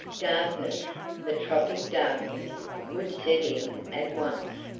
darkness the tropic darkness would set in at once,